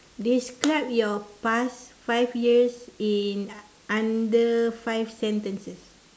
describe your past five years in under five sentences